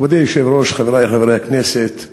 כבוד היושב-ראש, חברי חברי הכנסת,